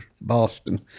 Boston